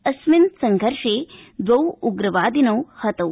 अस्मिन् संघर्षे द्वौ उग्रवादिनौ हतौ